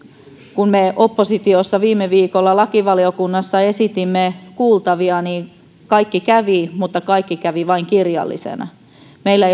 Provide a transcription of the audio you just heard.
kun me oppositiossa viime viikolla lakivaliokunnassa esitimme kuultavia niin kaikki kävi mutta kaikki kävi vain kirjallisena meillä